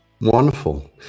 Wonderful